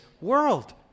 world